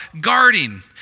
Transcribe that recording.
guarding